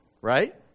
Right